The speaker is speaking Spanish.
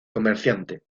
comerciante